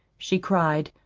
she cried,